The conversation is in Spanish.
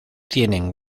tienen